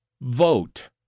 vote